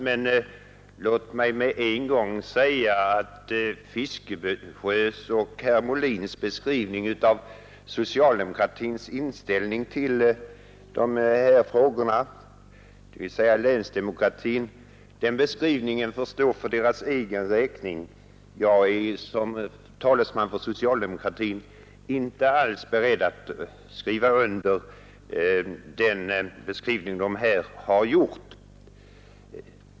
Men låt mig med en gång säga att herr Fiskesjös och herr Molins beskrivning av socialdemokratins inställning till frågan om länsdemokrati får stå för deras egen räkning. Jag är som talesman för socialdemokratin inte alls beredd att skriva under den.